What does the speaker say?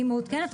היא מעודכנת,